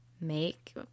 make